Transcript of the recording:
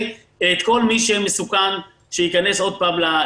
את כל מי שמסוכן שייכנס עוד פעם למשבר.